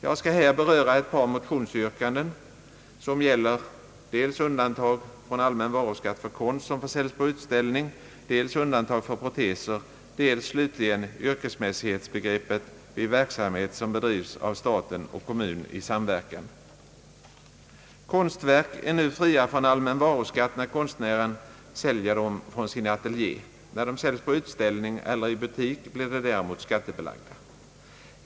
Jag skall här beröra tre motionsyrkanden som gäller dels undantag från allmän varuskatt för konst som försäljs på utställning, dels undantag för proteser, dels slutligen yrkesmässighetsbegreppet vid verksamhet som bedrivs av staten och kommun i samverkan. Konstverk är nu fria från allmän varuskatt när konstnären säljer dem från sin ateljé. När de säljs på utställning eller i butik blir de däremot skattebelagda.